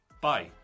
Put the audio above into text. Bye